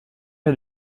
est